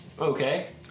Okay